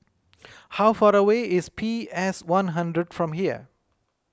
how far away is P Sone hundred from here